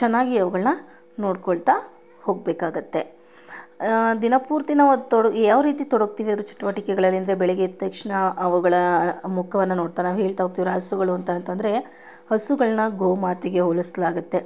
ಚೆನ್ನಾಗಿ ಅವುಗಳನ್ನ ನೋಡ್ಕೊಳ್ತಾ ಹೋಗಬೇಕಾಗುತ್ತೆ ದಿನ ಪೂರ್ತಿ ನಾವು ಅದು ಯಾವ ರೀತಿ ತೊಡಗ್ತೀವಿ ಚಟುವಟಿಕೆಗಳಲ್ಲಿ ಅಂದರೆ ಬೆಳಗ್ಗೆ ಎದ್ದ ತಕ್ಷಣ ಅವುಗಳ ಮುಖವನ್ನು ನೋಡ್ತಾರೆ ನಾವು ಹೇಳ್ತಾ ಹೋಗ್ತೀವಿ ಹಸುಗಳೆಂತಂದ್ರೆ ಹಸುಗಳನ್ನ ಗೋಮಾತೆಗೆ ಹೋಲಿಸಲಾಗುತ್ತೆ